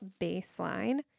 baseline